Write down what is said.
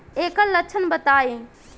ऐकर लक्षण बताई?